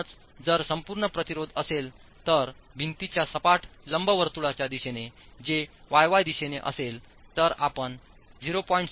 म्हणूनच जर संपूर्ण प्रतिरोध असेल तर भिंतीच्या सपाट लंबवर्तुळाच्या दिशेने जे वाय वाय दिशेने असेल तर आपण 0